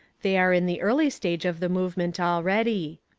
they are in the early stage of the movement already.